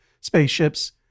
spaceships